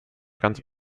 ganz